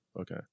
Okay